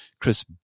Chris